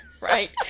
Right